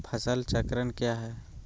फसल चक्रण क्या है?